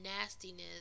nastiness